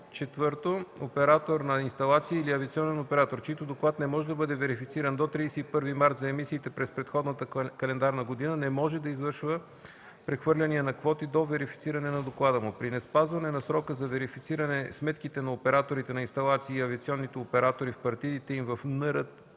(4) Оператор на инсталации или авиационен оператор, чийто доклад не бъде верифициран до 31 март за емисиите през предходната календарна година, не може да извършва прехвърляния на квоти до верифициране на доклада му. При неспазване на срока за верифициране сметките на операторите на инсталации и авиационните оператори в партидите им в НРТКЕПГ